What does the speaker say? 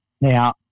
Now